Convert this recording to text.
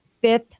fifth